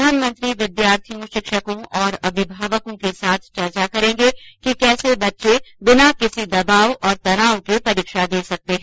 प्रधानमंत्री विद्यार्थियों शिक्षकों और अभिभावकों के साथ चर्चा करेंगे कि कैसे बच्चे बिना किसी दबाव और तनाव के परीक्षा दे सकते हैं